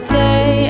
day